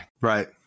Right